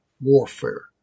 warfare